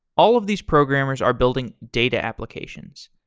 all of these programmers are building data applications.